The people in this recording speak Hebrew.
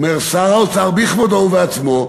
אומר שר האוצר בכבודו ובעצמו,